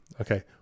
Okay